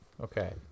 okay